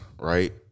right